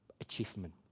achievement